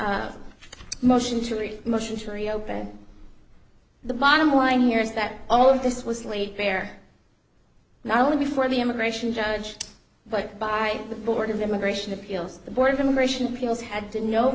raise motion to reopen the bottom line here is that all of this was laid bare not only before the immigration judge but by the board of immigration appeals the board of immigration appeals had to no